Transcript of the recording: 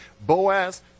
Boaz